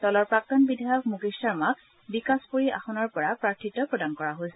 দলৰ প্ৰাক্তন বিধায়ক মূকেশ শৰ্মাক বিকাশপুৰী আসনৰ পৰা প্ৰাৰ্থীত্ব প্ৰদান কৰা হৈছে